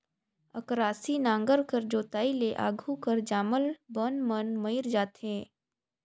अकरासी नांगर कर जोताई ले आघु कर जामल बन मन मइर जाथे